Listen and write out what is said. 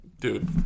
Dude